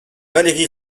valérie